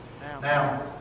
Now